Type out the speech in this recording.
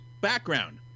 background